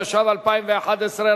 התשע"ב 2011,